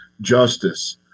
justice